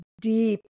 deep